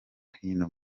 hino